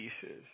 pieces